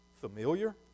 familiar